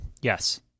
Yes